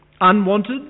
unwanted